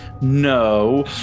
No